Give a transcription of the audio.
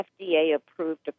FDA-approved